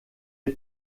est